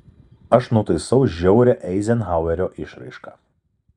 aš nutaisau žiaurią eizenhauerio išraišką